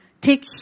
take